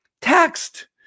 taxed